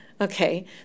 Okay